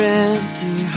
empty